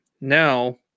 Now